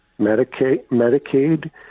Medicaid